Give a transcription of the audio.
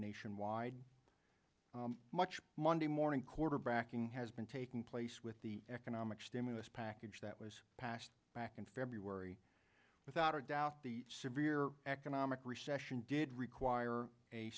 nationwide much monday morning quarterbacking has been taking place with the economic stimulus package that was passed back in february without a doubt the severe economic recession did require a